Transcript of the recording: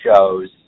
shows